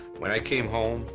when i came home,